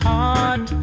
Heart